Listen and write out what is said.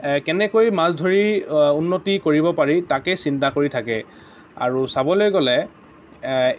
কেনেকৈ মাছ ধৰি উন্নতি কৰিব পাৰি তাকে চিন্তা কৰি থাকে আৰু চাবলৈ গ'লে